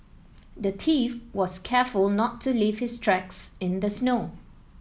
the thief was careful to not to leave his tracks in the snow